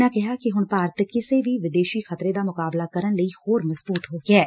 ਉਨ੍ਹਾਂ ਕਿਹਾਂ ਕਿ ਹੁਣ ਭਾਰਤ ਕਿਸੇ ਵੀ ਵਿਦੇਸ਼ੀ ਖ਼ਤਰੇ ਦਾ ਮੁਕਾਬਲਾ ਕਰਨ ਲਈ ਹੋਰ ਮਜ਼ਬੂਤ ਹੋ ਗਿਆ ਏ